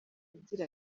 agira